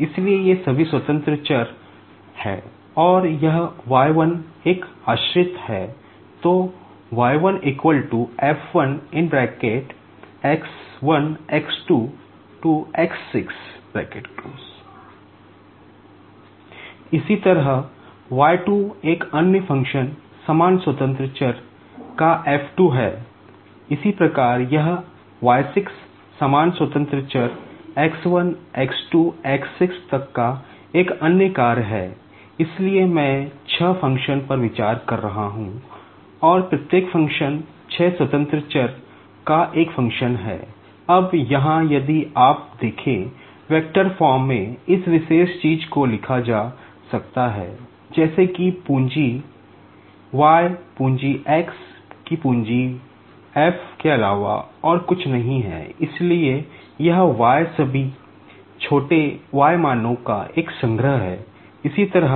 इसी तरह y 2 एक अन्य फ़ंक्शन का एक संग्रह